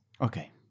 Okay